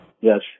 yes